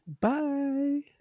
Bye